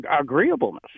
agreeableness